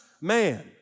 man